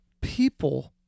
people